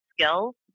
skills